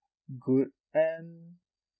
good and